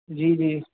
جی جی